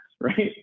right